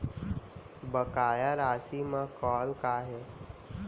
बकाया राशि मा कॉल का हे?